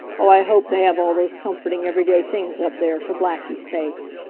oh, i hope they have all those comforting, everyday things up there, for blackie's sake.